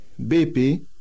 BP